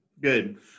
good